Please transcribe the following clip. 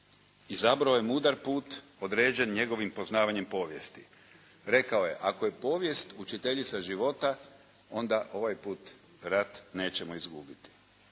Izabrao je mudar put određen njegovim poznavanjem povijesti. Rekao je, ako je povijest učiteljica života, onda ovaj put rat nećemo izgubiti.